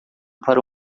para